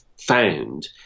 found